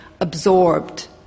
absorbed